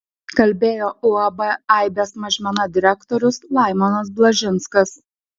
kalbėjo uab aibės mažmena direktorius laimonas blažinskas